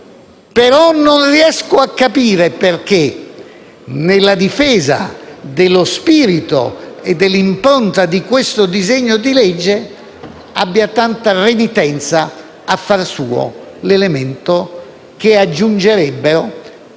ma non riesco a capire perché, nella difesa dello spirito e dell'impronta di questo disegno di legge, abbia tanta renitenza a far suo quell'elemento di garanzia che aggiungerebbero